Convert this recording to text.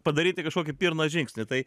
padaryti kažkokį pirmą žingsnį tai